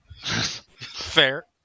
Fair